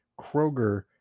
Kroger